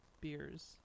beers